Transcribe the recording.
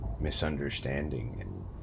misunderstanding